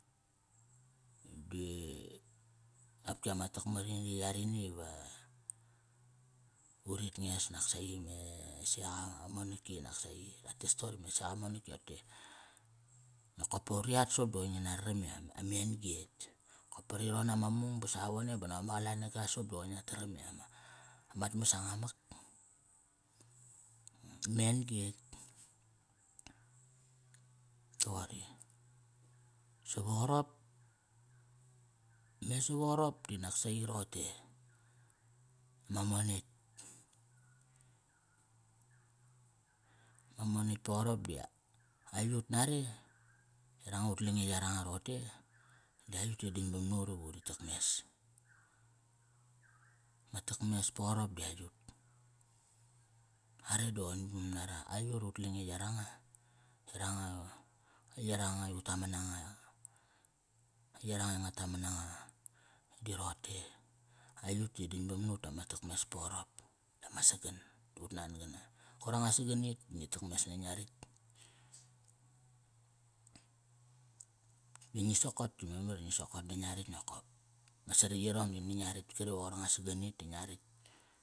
Ba i, opki ama takmarini yarini diva, urit nges naksaqi me seqa a monaki naksaqi. Rates toqori me seqa monaki roqote, nokop pa uri at soqop di qoir ngi na raram i am, amen gi etki. Kop pa ri ron nama mung ba savavone ba nop ama qalanga soqop di qoi ngia taram i ama, amat mas anga mak. Men-gi etk toqori. Si va qarop, me sava qarop di nak saqi roqote, ma monetk. Ma monetk pa qarop di aiyut nare, yaranga ut lange yaranga roqote, di aiyut ti dingbam na ut iva uri takmes. Ma takmes pa qarop di aiyut. Are di qoir dingbam nara, aiyut i ut lange yaranga, yaranga, yaranga i ut taman nanga, yaranga i nga taman nanga di roqote, aiyut t dingbam na ut ti ama takmes pa qarop. Dama sagan da ut nan gana, koir anga saganit, ngi takmes na ngia ritk. Ba ngi sokot di memar iva ngi sokot na ngi ritk nokop. Ma sari yirong di ngia ritk kari va qoir anga saganit da ngi ritk.